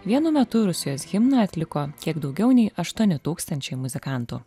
vienu metu rusijos himną atliko kiek daugiau nei aštuoni tūkstančiai muzikantų